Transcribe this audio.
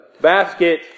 basket